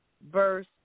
verse